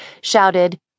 shouted